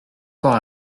corps